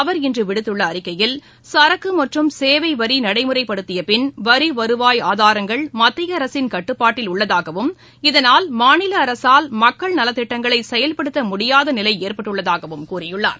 அவர் இன்று விடுத்துள்ள அறிக்கையில் சரக்கு மற்றும் சேவை வரி நடைமுறைப்படுத்திய பின் வரி வருவாய் ஆதாரங்கள் மத்திய அரசின் கட்டுப்பாட்டில் உள்ளதாகவும் இதனால் மாநில அரசால் மக்கள் நலத்திட்டங்களை செயல்படுத்த முடியாத நிலை ஏற்பட்டுள்ளதாகவும் கூறியுள்ளார்